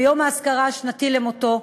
ביום האזכרה השנתי למותו,